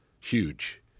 Huge